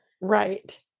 right